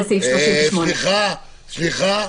לפי סעיף 38. סליחה, סליחה.